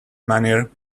manner